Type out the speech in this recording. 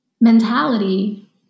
mentality